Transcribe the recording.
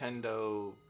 nintendo